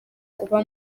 uba